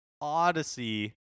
Odyssey